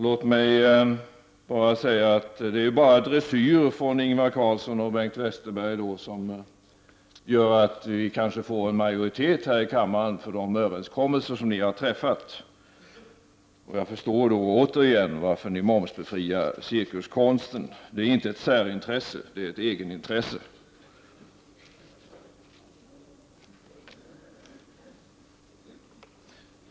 Det är då bara Ingvar Carlssons och Bengt Westerbergs dressyr som gör att det kanske blir majoritet här i kammaren för de överenskommelser som träffats, och jag förstår ännu bättre varför ni momsbefriar cirkuskonsten. Det är inte ett särintresse utan ett egetintresse.